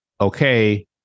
okay